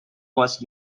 was